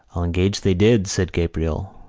i'll engage they did, said gabriel,